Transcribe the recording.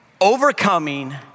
overcoming